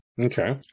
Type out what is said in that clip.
Okay